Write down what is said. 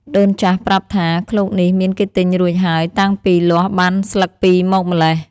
ដូនចាស់ប្រាប់ថា “ឃ្លោកនេះមានគេទិញរួចហើយ តាំងពីលាស់បានស្លឹកពីរមកម៉្លេះ”។